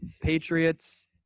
Patriots